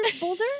boulder